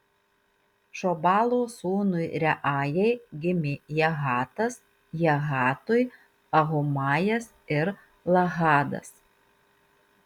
šobalo sūnui reajai gimė jahatas jahatui ahumajas ir lahadas